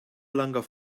longer